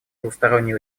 двусторонние